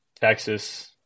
Texas